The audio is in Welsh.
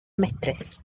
medrus